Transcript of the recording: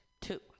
two